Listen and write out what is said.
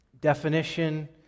definition